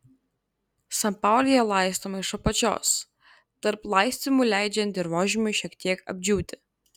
sanpaulija laistoma iš apačios tarp laistymų leidžiant dirvožemiui šiek tiek apdžiūti